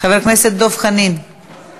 המקרקעין שם